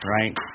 right